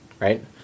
right